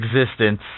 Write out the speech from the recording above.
existence